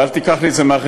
ואל תיקח לי את זה מהחשבון,